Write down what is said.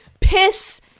Piss